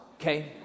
okay